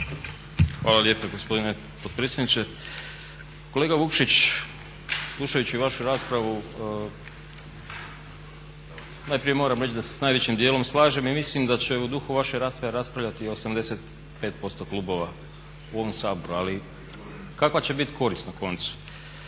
Hvala lijepo gospodine potpredsjedniče. Kolega Vukšić, slušajući vašu raspravu najprije moram reći da se sa najvećim dijelom slažem i mislim da će u duhu vaše rasprave raspravljati 85% klubova u ovom Saboru. Ali kakva će biti korist na koncu?